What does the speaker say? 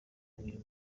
uyu